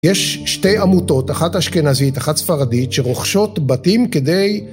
יש שתי עמותות, אחת אשכנזית, אחת ספרדית, שרוכשות בתים כדי...